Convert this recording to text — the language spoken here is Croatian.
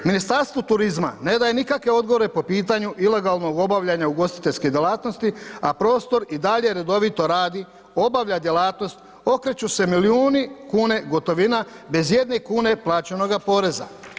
Ministarstvo turizma ne daje nikakve odgovore po pitanju ilegalnog obavljanja ugostiteljske djelatnosti, a prostor i dalje redovito radi, obavlja djelatnost, okreću se milijuni kune gotovina, bez ijedne kune plaćenoga poreza.